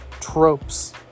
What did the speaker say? tropes